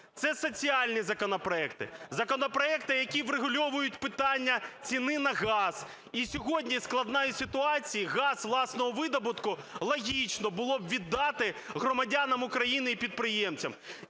це соціальні законопроекти, законопроекти, які врегульовують питання ціни на газ. І сьогодні складна із ситуацій, газ власного видобутку логічно було б віддати громадянам України і підприємцям.